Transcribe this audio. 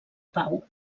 pau